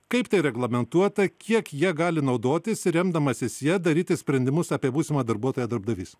kaip tai reglamentuota kiek jie gali naudotis remdamasis ja daryti sprendimus apie būsimą darbuotoją darbdavys